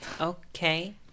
Okay